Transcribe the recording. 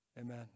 Amen